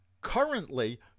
Currently